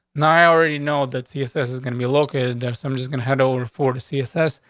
and i already know that css is gonna be located there. so i'm just gonna head over four to see assess.